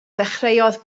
ddechreuodd